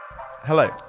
Hello